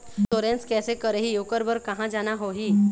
Insurance कैसे करही, ओकर बर कहा जाना होही?